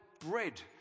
bread